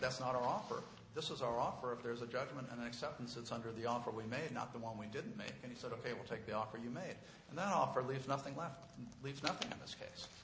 that's not offer this is our offer of there's a judgment and acceptance it's under the offer we made not the one we didn't make any sort of a will take the offer you may now offer leaves nothing left leaves nothing in this case